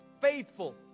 faithful